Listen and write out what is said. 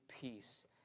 peace